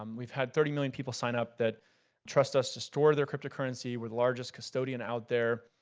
um we've had thirty million people signed up that trust us to store their cryptocurrency. we're the largest custodian out there.